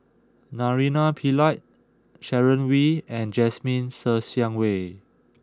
Naraina Pillai Sharon Wee and Jasmine Ser Xiang Wei